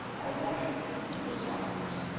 are wanting to silence.